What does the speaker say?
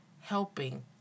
helping